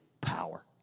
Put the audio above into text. power